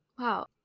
Wow